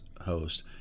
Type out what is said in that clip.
host